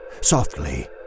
Softly